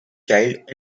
child